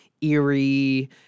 eerie